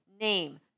name